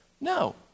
no